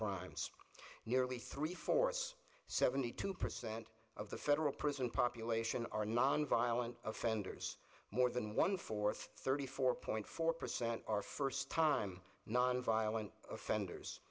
crimes nearly three fourths seventy two percent of the federal prison population are nonviolent offenders more than one fourth thirty four point four percent are first time nonviolent offenders